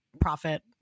profit